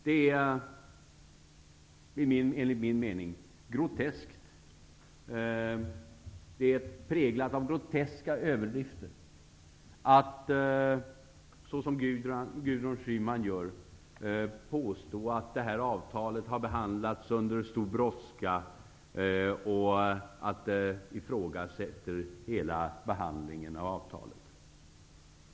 Det som Gudrun Schyman säger är enligt min mening präglat av groteska överdrifter. Hon påstår att detta avtal har behandlats under stor brådska och att detta ifrågasätter hela behandlingen av avtalet.